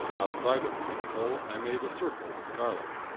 outside of the pentacle, i made a circle with garlic.